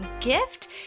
gift